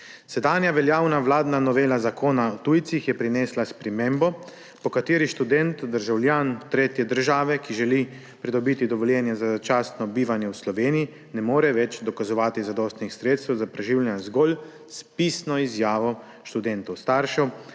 Sedaj veljavna vladna novela Zakona o tujcih je prinesla spremembo, po kateri študent – državljan tretje države, ki želi pridobiti dovoljenje za začasno bivanje v Sloveniji, ne more več dokazovati zadostnih sredstev za preživljanje zgolj s pisno izjavo študentovih staršev,